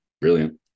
Brilliant